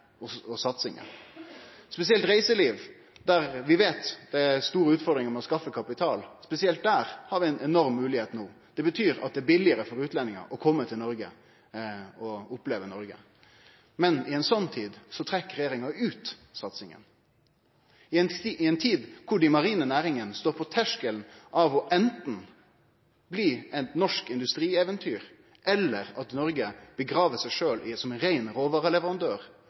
næringar og satsingar – spesielt innanfor reiseliv, der vi veit det er store utfordringar med å skaffe kapital, har vi ei enorm moglegheit no. Det betyr at det er billigare for utlendingar å kome til Noreg og oppleve Noreg. Men i ei sånn tid trekkjer regjeringa ut satsinga. I ei tid da enten dei marine næringane står på terskelen til å bli eit norsk industrieventyr eller Noreg gravlegg seg sjølv som ein rein råvareleverandør,